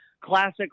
classic